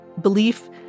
Belief